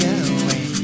away